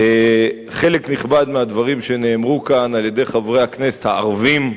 חלק נכבד מהדברים שנאמרו כאן על-ידי חברי הכנסת הערבים,